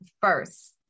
first